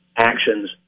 actions